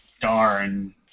Darn